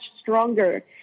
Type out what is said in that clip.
stronger